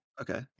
Okay